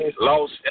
Lost